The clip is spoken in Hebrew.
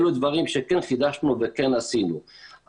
אלה דברים שכן חידשנו וכן עשינו.